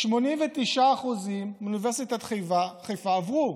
89% מתלמידי אוניברסיטת חיפה עברו.